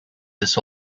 this